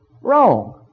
wrong